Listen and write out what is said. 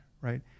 right